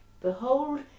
behold